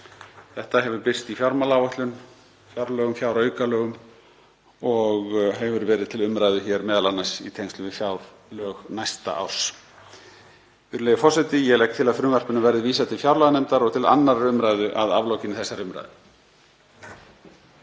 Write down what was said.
Þetta hefur birst í fjármálaáætlun, fjárlögum, fjáraukalögum, og hefur verið til umræðu hér, m.a. í tengslum við fjárlög næsta árs. Virðulegi forseti. Ég legg til að frumvarpinu verði vísað til fjárlaganefndar og til 2. umr. að aflokinni þessari umræðu.